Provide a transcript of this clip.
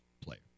player